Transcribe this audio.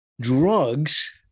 drugs